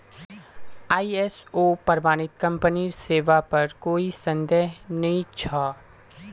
ISO प्रमाणित कंपनीर सेवार पर कोई संदेह नइ छ